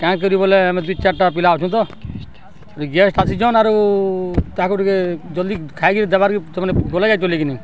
କାଏଁ କରି ବଲେ ଆମେ ଦିଇ ଚାର୍ଟା ପିଲା ଅଛୁ ତ ଟିକେ ଗେଷ୍ଟ୍ ଆସିଚନ୍ ଆରୁ ତାହାକୁ ଟିକେ ଜଲ୍ଦି ଖାଇକିରି ଦେବାର୍କେ ତେ ଗଲେ ଯାଇ ଚଲେ କିିନି